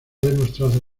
demostrado